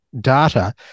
data